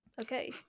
okay